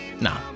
No